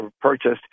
purchased